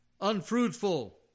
unfruitful